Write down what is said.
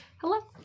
Hello